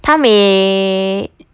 她每